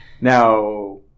Now